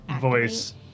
voice